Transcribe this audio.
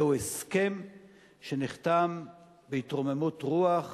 זה הסכם שנחתם בהתרוממות רוח.